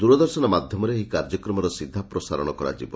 ଦୂରଦର୍ଶନ ମାଧ୍ଧମରେ ଏହି କାର୍ଯ୍ୟକ୍ରମର ସିଧାପ୍ରସାରଣ କରାଯିବ